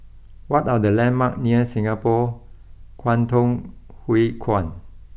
what are the landmarks near Singapore Kwangtung Hui Kuan